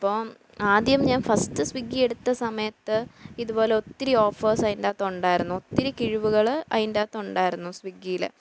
അപ്പോൾ ആദ്യം ഞാൻ ഫസ്റ്റ് സ്വിഗ്ഗിയെടുത്ത സമയത്ത് ഇതുപോലെ ഒത്തിരി ഓഫേർസ് അതിൻ്റകത്ത് ഉണ്ടായിരുന്നു ഒത്തിരി കിഴിവുകൾ അതിൻ്റകത്ത് ഉണ്ടായിരുന്നു സ്വിഗ്ഗിയിൽ